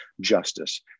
justice